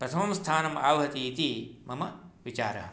प्रथमं स्थानम् आवहति इति मम विचारः